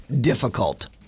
difficult